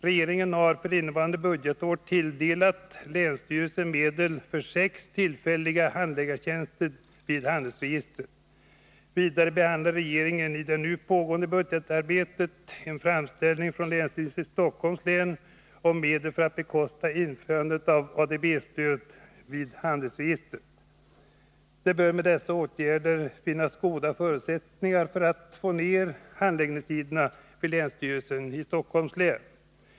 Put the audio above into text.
Regeringen har för innevarande budgetår tilldelat länsstyrelsen medel för sex tillfälliga handläggartjänster vid handelsregistret. Vidare behandlar regeringen i det nu pågående budgetarbetet en framställning från länsstyrelsen i Stockholms län om medel för att bekosta införande av ADB-stöd vid handelsregistret. Det bör med dessa åtgärder finnas goda förutsättningar för att få ner handläggningstiderna vid länsstyrelsen i Stockholms län.